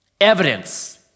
Evidence